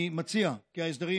אני מציע כי ההסדרים,